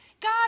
God